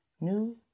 new